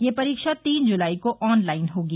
यह परीक्षा तीन जुलाई को ऑनलाइन होगी